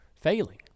failing